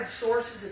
sources